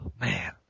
Man